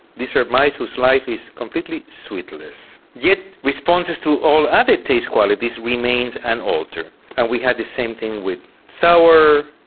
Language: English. these are sort of mice whose life is completely sweetless. yet responses to all other taste qualities remains unaltered and we had the same thing with sour,